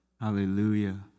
Hallelujah